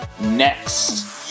next